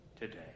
today